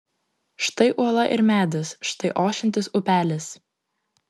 štai uola ir medis štai ošiantis upelis